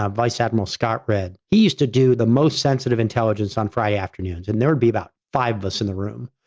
ah vice admiral scott redd, he used to do the most sensitive intelligence on friday afternoons and there'd be about five of us in the room.